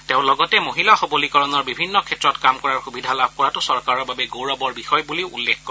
তেওঁ লগতে মহিলা সবলীকৰণৰ বিভিন্ন ক্ষেত্ৰত কাম কৰাৰ সুবিধা লাভ কৰাটো চৰকাৰৰ বাবে গৌৰৱৰ বিষয় বুলি উল্লেখ কৰে